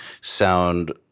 sound